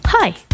Hi